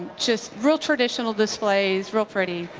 just real traditional displays, real pretty.